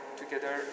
together